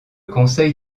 conseil